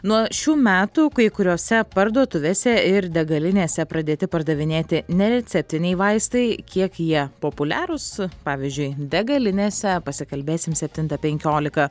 nuo šių metų kai kuriose parduotuvėse ir degalinėse pradėti pardavinėti nereceptiniai vaistai kiek jie populiarūs pavyzdžiui degalinėse pasikalbėsim septintą penkiolika